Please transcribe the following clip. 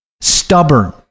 stubborn